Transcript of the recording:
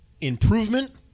improvement